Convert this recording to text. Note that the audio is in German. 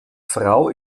frau